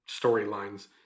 storylines